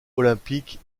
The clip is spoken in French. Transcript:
olympique